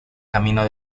camino